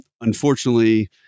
Unfortunately